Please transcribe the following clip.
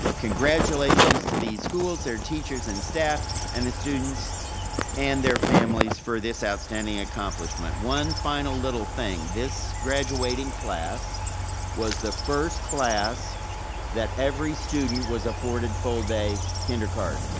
congratulations to these schools, their teachers and staff and the students and their families for this outstanding accomplishment. one final little thing. this graduating class was the first class that every student was afforded full day kinder card.